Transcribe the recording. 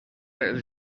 els